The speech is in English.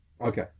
Okay